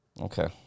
Okay